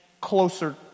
closer